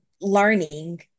learning